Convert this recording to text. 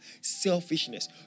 selfishness